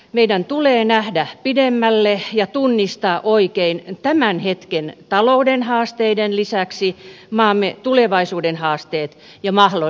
meidän tulee nähdä pidemmälle ja tunnistaa oikein tämän hetken talouden haasteiden lisäksi maamme tulevaisuuden haasteet ja mahdollisuudet